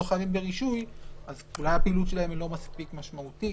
חייבים ברישוי אז אולי הפעילות שלהם לא מספיק משמעותית,